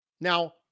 Now